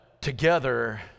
together